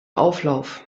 auflauf